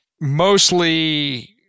Mostly